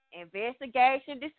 Investigation